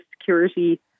security